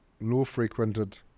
low-frequented